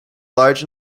large